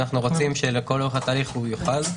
ואנחנו רוצים שלכל אורך התהליך יוכל.